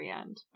end